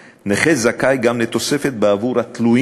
נכה זכאי גם לתוספת בעבור התלויים בו,